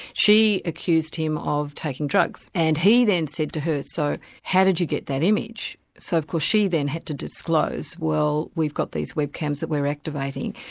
she accused him of taking drugs, and he then said to her, so how did you get that image? so of course she then had to disclose, well, we've got these webcams that we're activating'.